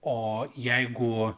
o jeigu